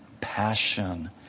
passion